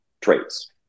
traits